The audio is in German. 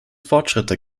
fortschritte